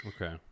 Okay